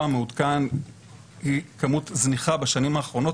המעודכן היא כמות זניחה בשנים האחרונות.